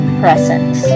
presence